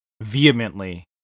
vehemently